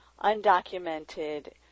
undocumented